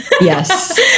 Yes